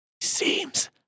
seems